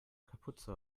kapuze